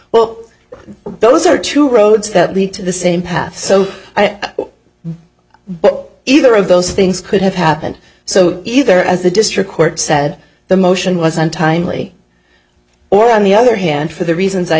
well those are two roads that lead to the same path so but either of those things could have happened so either as the district court said the motion was untimely or on the other hand for the reasons i